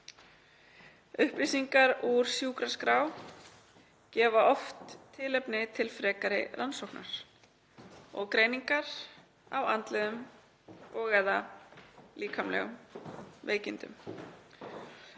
Upplýsingar úr sjúkraskrá gefa oft „tilefni til frekari rannsóknar og greiningar á andlegum eða líkamlegum veikindum